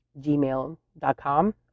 gmail.com